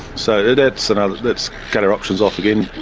so that's and that's cut our options off again.